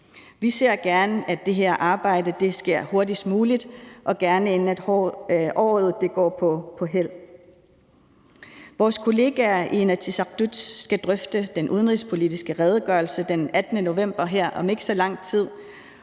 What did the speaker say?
Vi ser gerne, at det her arbejde sættes i gang hurtigst muligt, og gerne inden året går på hæld. Vores kollegaer i Inatsisartut skal drøfte den udenrigspolitiske redegørelse den 18. november, og med